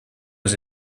was